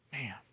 Man